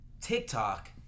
TikTok